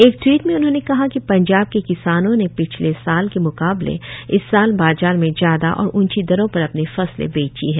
एक ट्वीट में उन्होंने कहा कि पंजाब के किसानों ने पिछले साल के मुकाबले इस साल बाजार में ज्यादा और ऊंची दरों पर अपनी फसलें बेची हैं